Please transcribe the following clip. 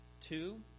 two